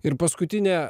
ir paskutinė